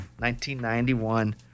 1991